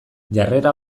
jarrera